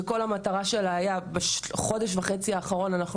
שכל המטרה שלה הייתה בחודש וחצי האחרון אנחנו